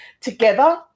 together